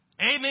Amen